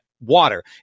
water